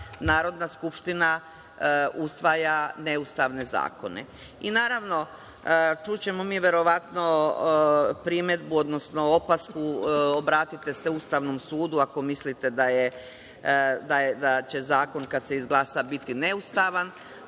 Narodna skupština usvaja neustavne zakone. I, naravno, čućemo mi, verovatno, primedbu, odnosno opasku – obratite se Ustavnom sudu ako mislite da će zakon kad se izglasa biti neustavan,